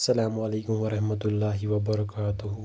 اَسلامُ علیکُم ورحمتُہ اللہ وَبَرَکاتُہُ